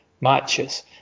matches